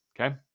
okay